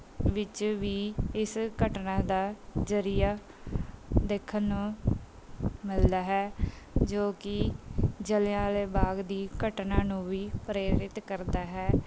ਵਿੱਚ ਵੀ ਇਸ ਘਟਨਾ ਦਾ ਜ਼ਰੀਆ ਦੇਖਣ ਨੂੰ ਮਿਲਦਾ ਹੈ ਜੋ ਕਿ ਜਲ੍ਹਿਆਂ ਵਾਲੇ ਬਾਗ ਦੀ ਘਟਨਾ ਨੂੰ ਵੀ ਪ੍ਰੇਰਿਤ ਕਰਦਾ ਹੈ